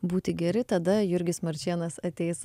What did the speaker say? būti geri tada jurgis marčėnas ateis